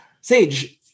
Sage